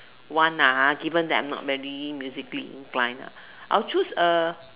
one ah given that I'm not very musically inclined I'll choose a